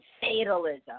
fatalism